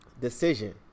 decision